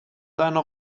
seiner